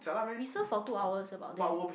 we surf for two hours about there